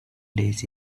days